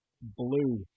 blue